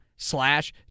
slash